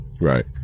right